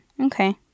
Okay